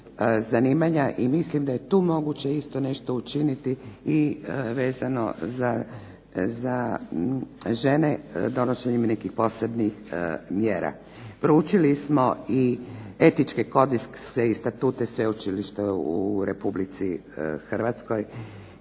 zanimanja i mislim da je tu moguće nešto učiniti i vezano za žene donošenjem nekih posebnih mjera. Proučili smo i etičke kodekse i statute sveučilišta u Republici Hrvatskoj